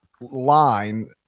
line